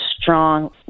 strong